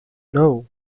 know